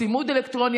צימוד אלקטרוני,